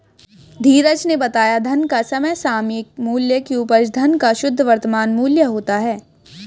धीरज ने बताया धन का समसामयिक मूल्य की उपज धन का शुद्ध वर्तमान मूल्य होता है